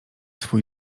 swój